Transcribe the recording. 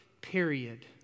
period